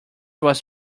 was